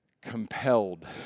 compelled